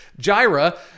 Gyra